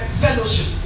fellowship